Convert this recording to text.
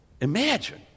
Imagine